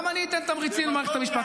גם אני אתן תמריצים למערכת המשפט.